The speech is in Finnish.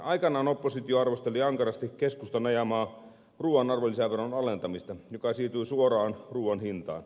aikanaan oppositio arvosteli ankarasti keskustan ajamaa ruuan arvonlisäveron alentamista joka siirtyi suoraan ruuan hintaan